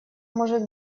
может